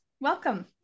welcome